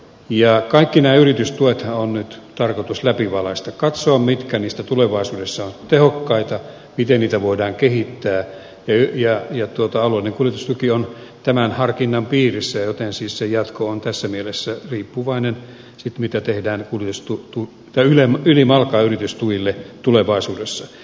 kaikki nämä yritystuethan on nyt tarkoitus läpivalaista katsoa mitkä niistä tulevaisuudessa ovat tehokkaita miten niitä voidaan kehittää ja alueellinen kuljetustuki on tämän harkinnan piirissä joten siis sen jatko on tässä mielessä riippuvainen siitä mitä tehdään ylimalkaan yritystuille tulevaisuudessa